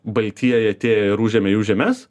baltieji atėjo ir užėmė jų žemes